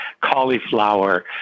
cauliflower